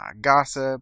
gossip